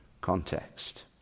context